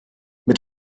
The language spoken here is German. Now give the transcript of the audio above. mit